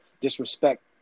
disrespect